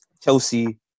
Chelsea